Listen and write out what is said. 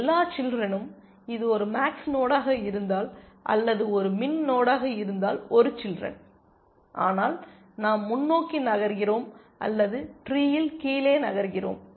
எல்லா சில்றெனும் இது ஒரு மேக்ஸ் நோடாக இருந்தால் அல்லது ஒரு மின் நோடாக இருந்தால் ஒரு சில்றென் ஆனால் நாம் முன்னோக்கி நகர்கிறோம் அல்லது ட்ரீயில் கீழே நகர்கிறோம்